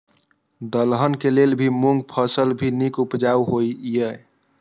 दलहन के लेल भी मूँग फसल भी नीक उपजाऊ होय ईय?